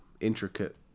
intricate